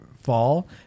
fall